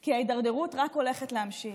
כי ההידרדרות רק הולכת להימשך.